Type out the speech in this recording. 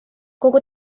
kogu